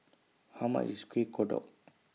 How much IS Kueh Kodok